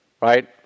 right